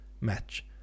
match